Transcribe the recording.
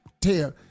tell